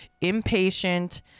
impatient